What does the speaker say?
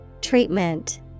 Treatment